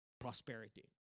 prosperity